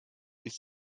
ist